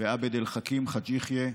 ועבד אל חכים חאג' יחיא,